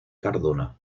cardona